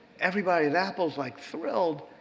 everybody at apple's like thrilled,